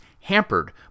hampered